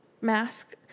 mask